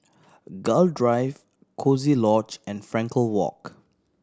Gul Drive Coziee Lodge and Frankel Walk